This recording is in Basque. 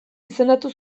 izendatu